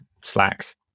Slack's